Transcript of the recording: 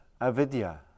avidya